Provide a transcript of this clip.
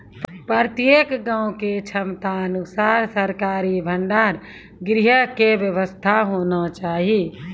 प्रत्येक गाँव के क्षमता अनुसार सरकारी भंडार गृह के व्यवस्था होना चाहिए?